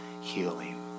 healing